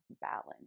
balance